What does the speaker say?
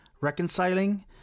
reconciling